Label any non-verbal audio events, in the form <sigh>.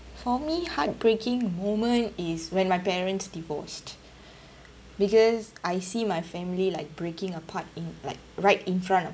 for me heartbreaking moment is when my parents divorced <breath> because I see my family like breaking apart in like right in front of